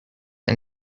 and